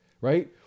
right